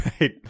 Right